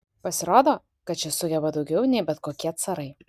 pasirodo kad šis sugeba daugiau nei bet kokie carai